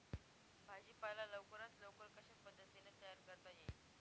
भाजी पाला लवकरात लवकर कशा पद्धतीने तयार करता येईल?